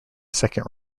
second